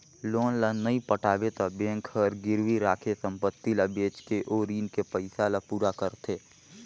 loan ल नइ पटाबे त बेंक हर गिरवी राखे संपति ल बेचके ओ रीन के पइसा ल पूरा करथे